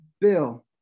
bill